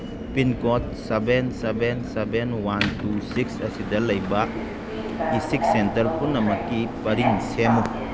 pincode seven seven seven one two six ꯑꯁꯤꯗ ꯂꯩꯕ ꯏꯁꯤꯛ ꯁꯦꯟꯇꯔ ꯄꯨꯝꯅꯃꯛꯀꯤ ꯄꯔꯤꯡ ꯁꯦꯝꯃꯨ